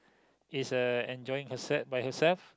is uh enjoying her set by herself